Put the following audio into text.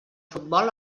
futbol